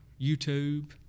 YouTube